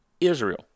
Israel